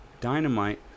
Dynamite